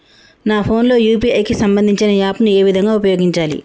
నా ఫోన్ లో యూ.పీ.ఐ కి సంబందించిన యాప్ ను ఏ విధంగా ఉపయోగించాలి?